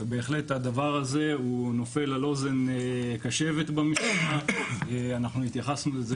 בהחלט הדבר הזה הוא נופל על אוזן קשבת ואנחנו התייחסנו לזה